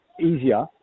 easier